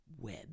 web